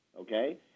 okay